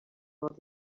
able